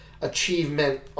achievement